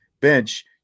bench